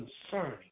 concerning